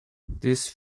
these